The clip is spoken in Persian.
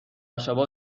شبا